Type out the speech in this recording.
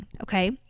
okay